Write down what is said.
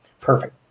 Perfect